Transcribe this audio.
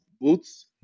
boots